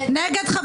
מי נמנע?